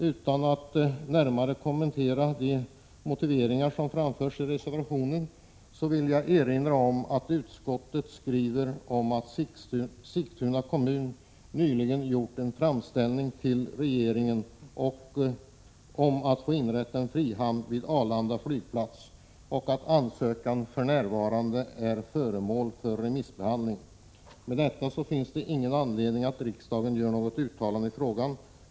Utan att närmare kommentera de motiveringar som framförs i reservationen vill jag erinra om vad utskottet skriver om att Sigtuna kommun nyligen gjort en framställan hos regeringen om att få inrätta en frihamn vid Arlanda flygplats och att denna ansökan för närvarande är föremål för remissbehandling. Med hänsyn till detta finns det ingen anledning för riksdagen att göra något uttalande i frågan.